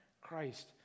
Christ